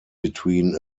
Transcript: between